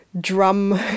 drum